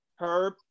Herb